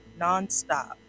nonstop